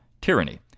tyranny